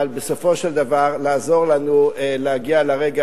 אבל בסופו של דבר לעזור לנו להגיע לרגע